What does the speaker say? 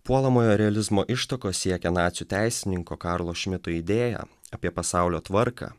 puolamojo realizmo ištakos siekia nacių teisininko karlo šmito idėją apie pasaulio tvarką